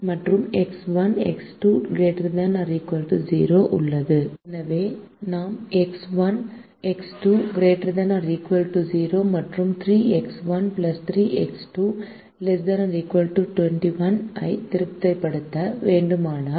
எனவே நாம் x 1 x 2 ≥ 0 மற்றும் 3 எக்ஸ் 1 3 எக்ஸ் 2 ≤ 21 ஐ திருப்திப்படுத்த வேண்டுமானால்